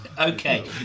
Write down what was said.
Okay